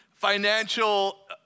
financial